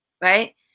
right